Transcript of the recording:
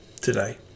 today